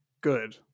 Good